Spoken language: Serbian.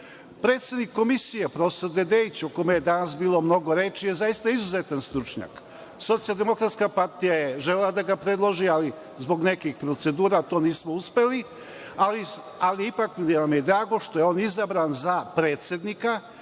Predsednik Komisije, prof. Dedeić, o kome je danas bilo mnogo reči, je zaista izuzetan stručnjak. Socijaldemokratska partija je želela da ga predloži, ali zbog nekih procedura to nismo uspeli, ali ipak nam je drago što je on izabran za predsednika